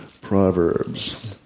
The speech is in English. Proverbs